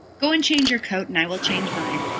go and change your coat, and i will change mine.